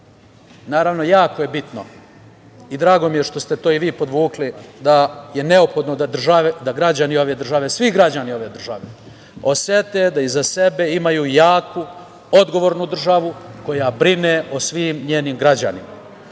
naravno, jako je bitno i drago mi je što ste to i vi podvukli da je neophodno da građani ove države, svi građani ove države osete da iza sebe imaju jaku, odgovornu državu koja brine o svim njenim građanima. Ono